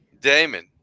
Damon